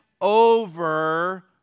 over